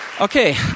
Okay